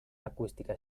acústica